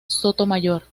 sotomayor